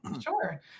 Sure